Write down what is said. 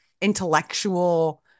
intellectual